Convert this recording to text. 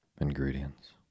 Ingredients